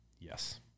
yes